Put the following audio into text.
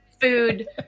food